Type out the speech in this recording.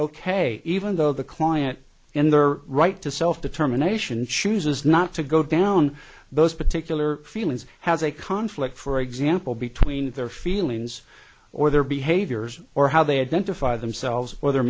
ok even though the client in their right to self determination chooses not to go down those particular feelings has a conflict for example between their feelings or their behaviors or how they have done to fire themselves or their